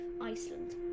Iceland